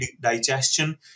digestion